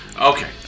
Okay